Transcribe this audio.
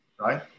Right